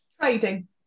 trading